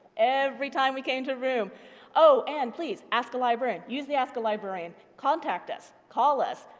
every time we came to a room oh and please ask a librarian, use the ask a librarian. contact us. call us.